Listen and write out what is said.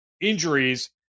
injuries